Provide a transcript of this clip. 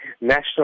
National